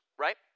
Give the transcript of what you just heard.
right